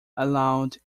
allowed